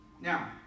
Now